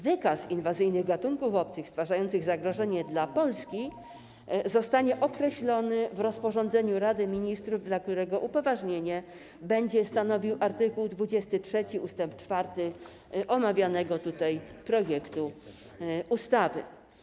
Wykaz inwazyjnych gatunków obcych stwarzających zagrożenie dla Polski zostanie określony w rozporządzeniu Rady Ministrów, dla którego upoważnienie będzie stanowił art. 23 ust. 4 omawianego tutaj projektu ustawy.